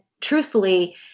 truthfully